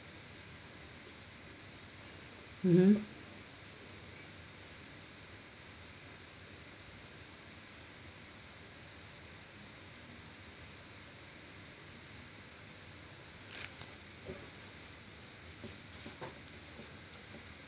mmhmm